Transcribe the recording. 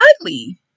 ugly